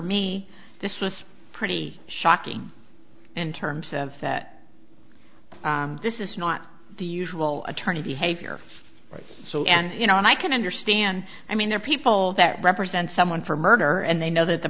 me this was pretty shocking in terms of that this is not the usual attorney havior so and you know and i can understand i mean there are people that represent someone for murder and they know that the